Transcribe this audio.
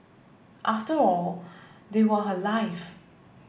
after all they were her life